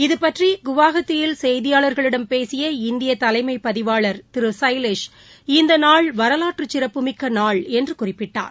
இது பற்றிகுவாஹத்தியில் செய்தியாளர்களிடம் பேசிய இந்தியதலைமைபதிவாளர் திருசைலேஷ் இந்தநாள் வரலாற்றுசிறப்புமிக்கநாள் என்றுகுறிப்பிட்டார்